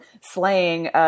slaying